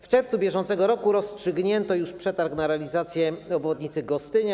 W czerwcu br. rozstrzygnięto przetarg na realizację obwodnicy Gostynia.